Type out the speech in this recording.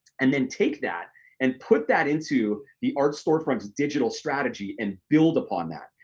and then take that and put that into the art storefronts digital strategy and build upon that.